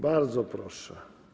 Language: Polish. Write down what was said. Bardzo proszę.